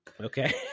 Okay